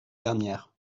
dernière